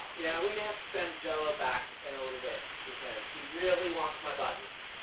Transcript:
yeah, we have to send magellan back in a little bit, because he really wants my buttons.